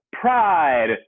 pride